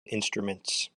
instruments